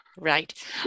right